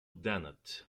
dennett